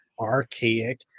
archaic